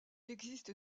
existe